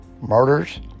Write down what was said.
murders